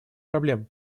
проблем